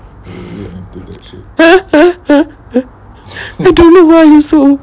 what do you mean so